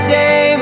day